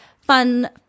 Fun